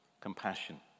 compassion